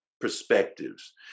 perspectives